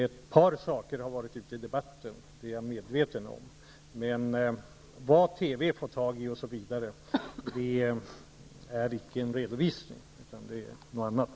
Ett par saker har varit uppe i debatten; det är jag medveten om. Vad TV har fått tag i är icke en redovisning utan något annat.